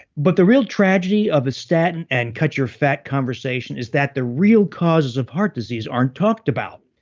but the real tragedy of a statin and cut-your-fat conversation is that the real causes of heart disease aren't talked about.